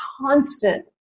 constant